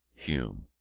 hume,